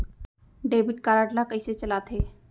Debit card ला कइसे चलाते?